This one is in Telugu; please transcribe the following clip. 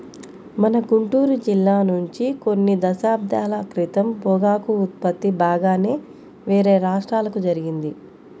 మన గుంటూరు జిల్లా నుంచి కొన్ని దశాబ్దాల క్రితం పొగాకు ఉత్పత్తి బాగానే వేరే రాష్ట్రాలకు జరిగింది